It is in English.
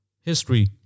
history